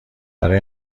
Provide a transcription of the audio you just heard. برای